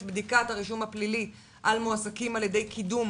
בדיקת הרישום הפלילי על מועסקים על ידי קידום